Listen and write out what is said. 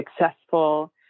successful